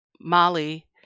Molly